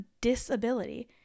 disability